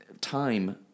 time